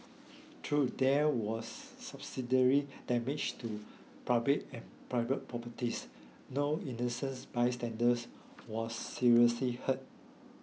true there was damage to public and private properties no innocence bystanders was seriously hurt